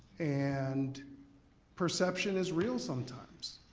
and perception is real sometimes.